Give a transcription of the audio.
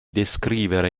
descrivere